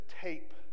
tape